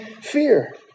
fear